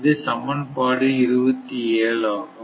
இது சமன்பாடு 27 ஆகும்